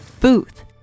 Booth